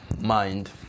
mind